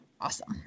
Awesome